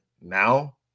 Now